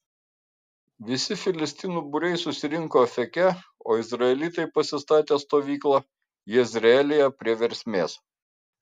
visi filistinų būriai susirinko afeke o izraelitai pasistatė stovyklą jezreelyje prie versmės